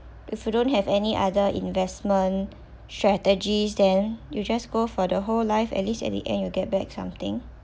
if you don't have any other investment strategies then you just go for the whole life at least at the end you get back something